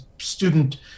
student